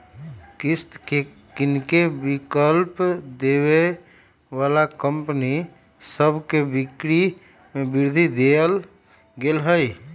किस्त किनेके विकल्प देबऐ बला कंपनि सभ के बिक्री में वृद्धि देखल गेल हइ